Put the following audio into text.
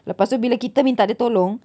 lepas tu bila kita minta dia tolong